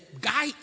guy